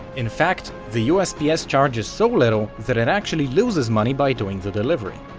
in fact, the usps charges so little that it actually loses money by doing the delivery.